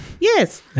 yes